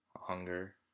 hunger